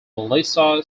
melissa